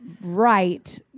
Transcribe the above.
right